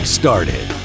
started